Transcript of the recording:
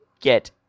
get